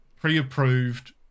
pre-approved